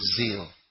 zeal